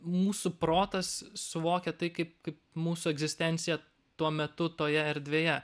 mūsų protas suvokia tai kaip kaip mūsų egzistenciją tuo metu toje erdvėje